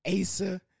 Asa